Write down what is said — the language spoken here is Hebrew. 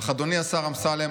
אך אדוני השר אמסלם,